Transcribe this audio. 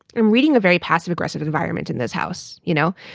i'm reading a very passive aggressive environment in this house, you know.